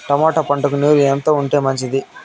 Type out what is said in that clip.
Tomato పంటకు నీరు ఎంత ఉంటే మంచిది?